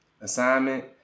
assignment